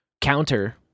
counter